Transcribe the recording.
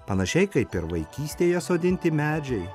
panašiai kaip ir vaikystėje sodinti medžiai